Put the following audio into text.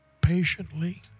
patiently